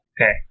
Okay